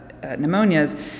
pneumonias